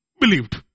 believed